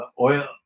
oil